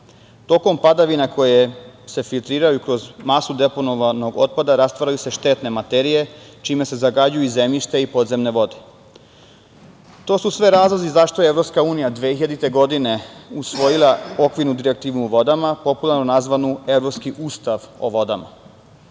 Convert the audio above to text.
Tokom padavina koje se filtriraju kroz masu deponovanog otpada rastvaraju se štetne materije, čime se zagađuju zemljište i podzemne vode. Sve su to razlozi zašto je EU 2000. godine usvojila Okvirnu direktivu o vodama, popularno nazvanu